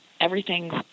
everything's